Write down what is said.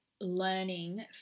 learning